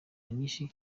nyinshi